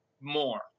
more